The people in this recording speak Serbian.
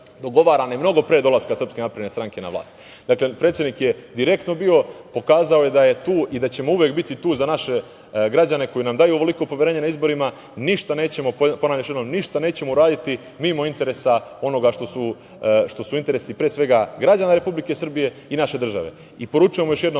dogovarane mnogo pre dolaska SNS na vlasti. Dakle, predsednik je direktno bio, pokazao je da je tu i da ćemo uvek biti tu za naše građane koji nam daju ovoliko poverenje na izborima ništa nećemo, ponavljam još jednom, ništa nećemo uraditi mimo interesa onoga što su interesi, pre svega, građana Republike Srbije i naše države.I poručujemo još jednom